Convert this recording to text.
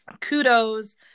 kudos